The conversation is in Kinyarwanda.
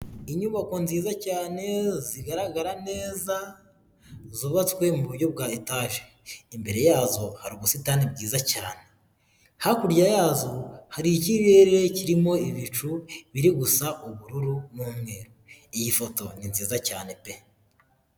Inyubako nziza cyane zigaragara neza zubatswe mu buryo bwa etaje, imbere yazo hari ubusitani bwiza cyane, hakurya yazo hari ikirere kirimo ibicu biri gusa ubururu n'umweru, iyi foto ni nziza cyane pe.